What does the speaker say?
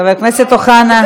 חבר הכנסת אוחנה.